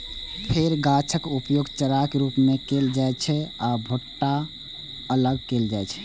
फेर गाछक उपयोग चाराक रूप मे कैल जाइ छै आ भुट्टा अलग कैल जाइ छै